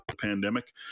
Pandemic